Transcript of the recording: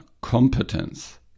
competence